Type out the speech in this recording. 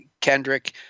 Kendrick